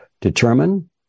determine